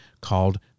called